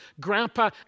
grandpa